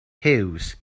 huws